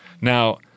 Now